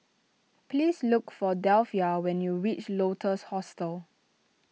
please look for Delphia when you reach Lotus Hostel